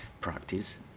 practice